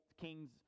kings